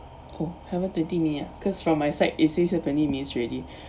oh haven't twenty minute ah cause from my side it says here twenty minutes already